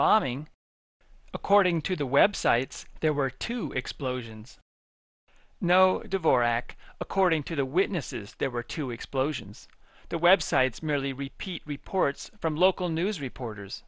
bombing according to the web sites there were two explosions no devor ak according to the witnesses there were two explosions the websites merely repeat reports from local news reporters